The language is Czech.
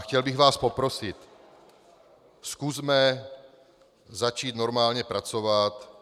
Chtěl bych vás poprosit, zkusme začít normálně pracovat.